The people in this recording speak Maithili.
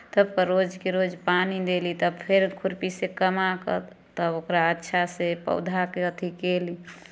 सभपर रोजके रोज पानि देली तब फेर खुरपीसँ कमा कऽ तब ओकरा अच्छासँ पौधाकेँ अथि केली